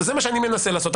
זה מה שאני מנסה לעשות.